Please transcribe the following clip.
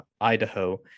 Idaho